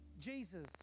Jesus